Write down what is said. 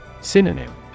Synonym